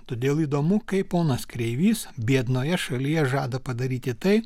todėl įdomu kaip ponas kreivys biednoje šalyje žada padaryti tai